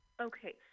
Okay